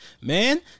Man